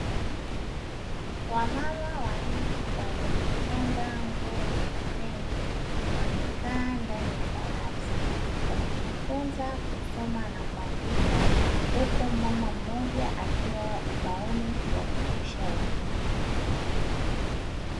Wamama wanne waliojitanda nguo za kitenge, wamekaa ndani ya darasa, wakijifunza kusoma na kuandika, huku mama mmoja akiwa ubaoni kuwafundisha wengine.